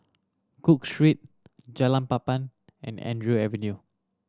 Cook Street Jalan Papan and Andrew Avenue